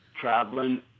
traveling